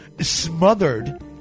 smothered